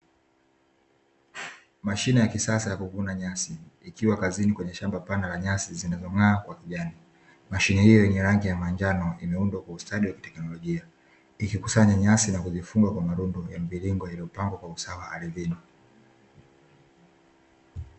Mashine ya kisasa ya kuvuna nyasi, ikiwa kazini kwenye shamba pana la nyasi zinazong'aa kwa kijani. Mashine hiyo yenye rangi ya manjano, imeundwa kwa ustadi wa kiteknolojia, ikikusanya nyasi na kuzifunga kwa marundo ya mviringo yaliyopangwa kwa usawa ardhini.